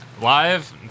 Live